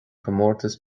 comórtas